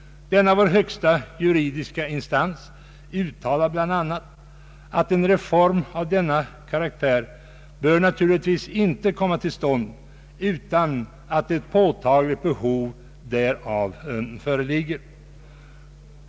Denna vår främsta juridiska instans uttalar bl.a. att en reform av denna karaktär naturligtvis inte bör komma till stånd utan att ett påtagligt behov därav föreligger.